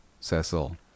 Cecil